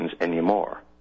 anymore